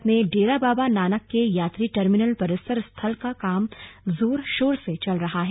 भारत में डेरा बाबा नानक के यात्री टर्मिनल परिसर स्थल का काम जोर शोर से चल रहा है